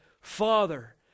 Father